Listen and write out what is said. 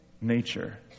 nature